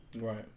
Right